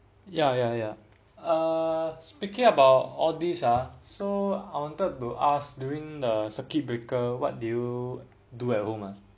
ya ya ya err speaking about all these ah so I wanted to ask during the circuit breaker what do you do at home ah